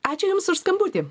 ačiū jums už skambutį